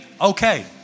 okay